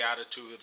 attitude